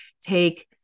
take